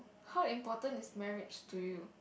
how important is marriage to you